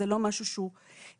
זה לא משהו שהוא מחייב.